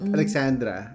Alexandra